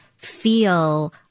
feel